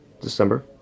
December